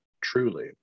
truly